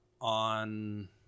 on